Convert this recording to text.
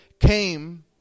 came